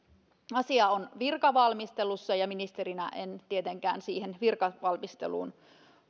asia on virkavalmistelussa ja ministerinä en tietenkään siihen virkavalmisteluun